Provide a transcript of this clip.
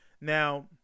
Now